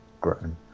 Grown